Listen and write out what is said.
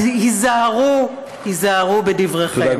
אז היזהרו, היזהרו בדבריכם.